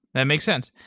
that makes sense.